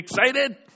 excited